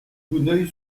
vouneuil